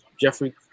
Jeffrey